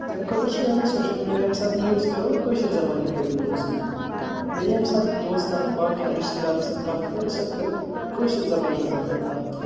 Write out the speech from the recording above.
تمہِ خٲطرٕ چھُ یعنی سوشل میٖڈیا ییٚمہِ سات تہِ یوٗز کَرو کٲشِر زَبانے کٕر یوٗز بییہِ ییٚمہِ سات تہِ دوستَن باقِیَن رِشتہٕ دارَن سۭتۍ کَتھ کٕر سۄ تہِ کٕر کٲشِر زَبانہِ مَنٛزٕے کٕر کَتھ